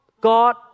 God